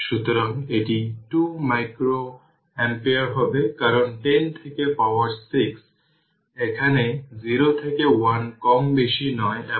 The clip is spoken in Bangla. সুতরাং এখানে পোলারিটি এখানে দেওয়া হয়েছে এটি হল কিন্তু এখানে এটি এই হল এই সমস্যাটির কৌশল